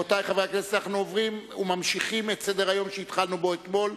אנחנו ממשיכים את סדר-היום שהתחלנו בו אתמול.